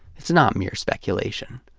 it's not mere speculation.